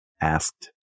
asked